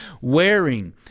wearing